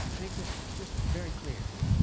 make this just very clear.